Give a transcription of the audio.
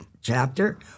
chapter—